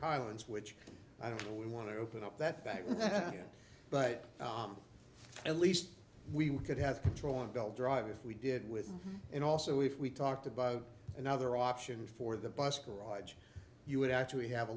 highlands which i don't know we want to open up that back yeah but at least we could have control of belt drive if we did with it also if we talked about another option for the bus garage you would actually have a